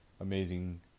amazing